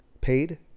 paid